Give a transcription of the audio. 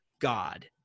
god